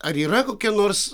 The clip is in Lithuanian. ar yra kokia nors